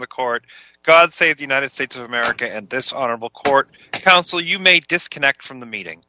of the court god save the united states of america at this honorable court counsel you may disconnect from the meeting